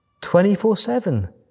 24-7